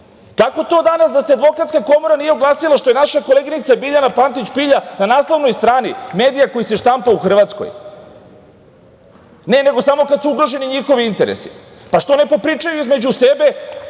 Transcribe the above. Kako to danas da se Advokatska komora nije oglasila što je naša koleginica Biljana Pantić Pilja na naslovnoj strani medija koji se štampa u Hrvatskoj? Ne, nego samo kada su ugroženi njihovi interesi. Pa, što ne popričaju između sebe